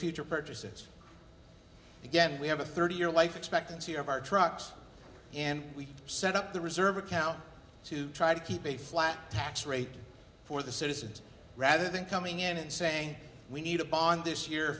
future purchases again we have a thirty year life expectancy of our trucks and we set up the reserve account to try to keep a flat tax rate for the citizens rather than coming in and saying we need a bond this year